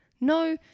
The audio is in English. No